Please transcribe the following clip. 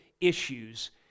issues